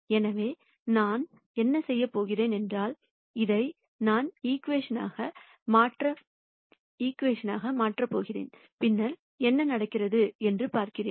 எனவே நான் என்ன செய்யப் போகிறேன் என்றால் இதை நான் ஈகிவேஷன் மாற்றாக மாற்றப் போகிறேன் பின்னர் என்ன நடக்கிறது என்று பார்க்கிறேன்